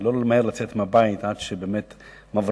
לא למהר לצאת מהבית עד שבאמת מבריאים,